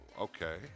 Okay